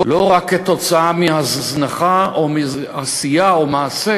לא רק תוצאה של הזנחה או של עשייה או מעשה